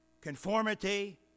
conformity